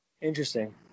Interesting